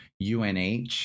UNH